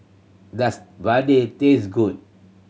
does Vadai taste good